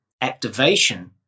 activation